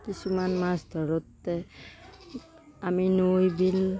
কিছুমান মাছ ধৰোঁতে আমি নৈ বিল